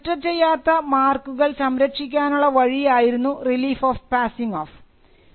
അങ്ങനെ രജിസ്റ്റർ ചെയ്യാത്ത മാർക്കുകൾ സംരക്ഷിക്കാനുള്ള വഴിയായിരുന്നു റിലീഫ് ഓഫ് പാസിംഗ് ഓഫ്